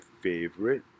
favorite